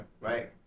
Right